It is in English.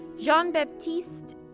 Jean-Baptiste